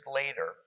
later